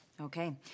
Okay